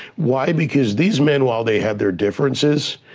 why, because these men, while they have their differences,